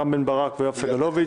רם בן ברק ויואב סגלוביץ.